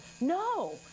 No